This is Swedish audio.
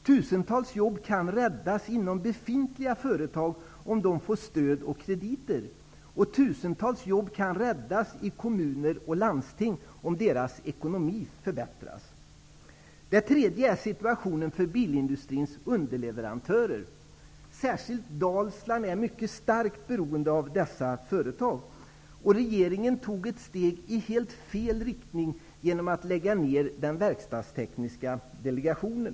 Tusentals jobb kan räddas inom befintliga företag om de får stöd och krediter. Tusentals jobb kan räddas i kommuner och landsting om deras ekonomi förbättras. För det tredje vill jag nämna situationen för bilindustrins underleverantörer. Särskilt Dalsland är mycket starkt beroende av dessa företag. Regeringen tog ett steg i helt fel riktning genom att lägga ned den verkstadstekniska delegationen.